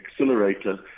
accelerator